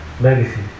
legacy